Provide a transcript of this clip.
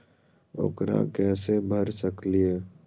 ऊकरा कैसे भर सकीले?